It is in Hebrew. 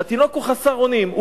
שהתינוק הוא חסר אונים.